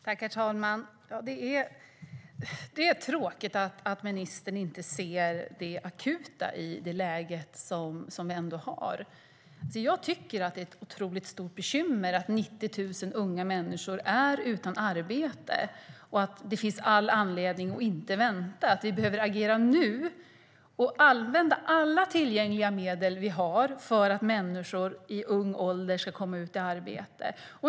Herr talman! Det är tråkigt att ministern inte ser det akuta i det läge vi har. Jag tycker att det är ett otroligt stort bekymmer att 90 000 unga människor är utan arbete. Det finns all anledning att inte vänta. Vi behöver agera nu och använda alla medel vi har tillgängliga för att människor i ung ålder ska komma ut i arbete.